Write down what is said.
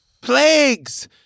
plagues